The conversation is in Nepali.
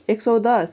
एक सय दस